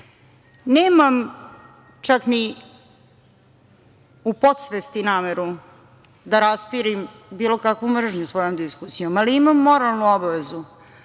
uvek. Nemam čak ni u podsvesti nameru da raspirim bilo kakvu mržnju svojom diskusijom, ali imam moralnu obavezu